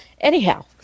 Anyhow